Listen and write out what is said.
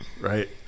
right